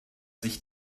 sich